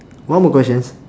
one more questions